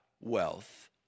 wealth